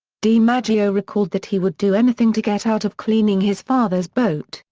dimaggio recalled that he would do anything to get out of cleaning his father's boat,